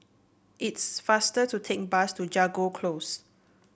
it's faster to take bus to Jago Close